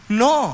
no